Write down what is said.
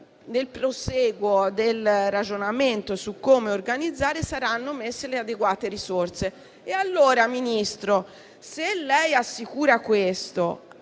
nel prosieguo del ragionamento sulla organizzazione, saranno messe le adeguate risorse. Signor Ministro, se lei assicura questo,